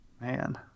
Man